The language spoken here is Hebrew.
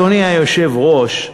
אדוני היושב-ראש,